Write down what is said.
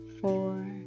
four